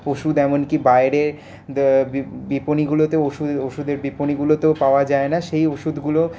ওষুধ এমনকি বাইরে বিপণিগুলোতেও ওষুধ ওষুধের বিপণিগুলোতেও পাওয়া যায় না সেই ওষুধগুলো